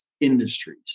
industries